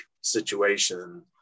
situation